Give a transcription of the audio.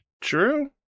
true